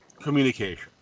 communication